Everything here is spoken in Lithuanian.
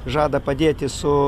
žada padėti su